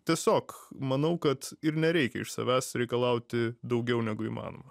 tiesiog manau kad ir nereikia iš savęs reikalauti daugiau negu įmanoma